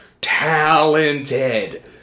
talented